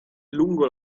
lungo